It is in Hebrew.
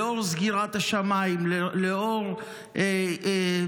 לאור סגירת השמיים, לאור